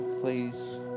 please